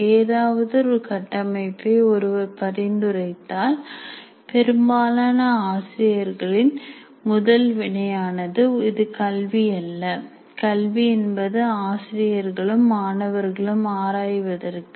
ஏதாவது ஒரு கட்டமைப்பை ஒருவர் பரிந்துரைத்தால் பெரும்பாலான ஆசிரியர்களின் முதல் வினையானது இது கல்வியல்ல கல்வி என்பது ஆசிரியர்களும் மாணவர்களும் ஆராய்வதற்கு